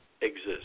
exist